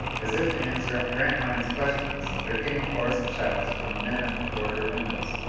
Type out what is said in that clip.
as if to answer grantline's question there came a chorus of shouts from the men at the corridor windows.